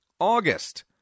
August